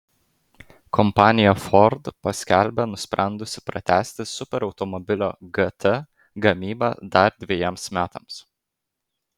kompanija ford paskelbė nusprendusi pratęsti superautomobilio gt gamybą dar dvejiems metams